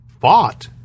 fought